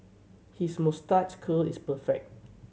his moustache curl is perfect